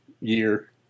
Year